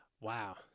Wow